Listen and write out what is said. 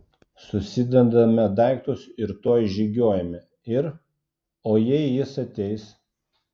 susidedame daiktus ir tuoj žygiuojame ir o jei jis ateis